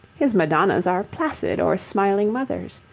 his madonnas are placid or smiling mothers.